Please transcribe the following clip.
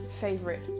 favorite